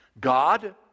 God